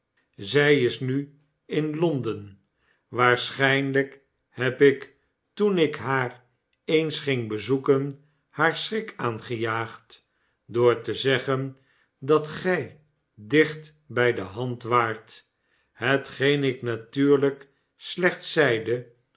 zij is nu m londen waarschijnlijk heb ik toen ik haar eens ging bezoeken haar schrik aangejaagd door te zeggen dat gij dicht bij de hand waart hetgeen ik natuurlijk